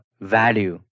value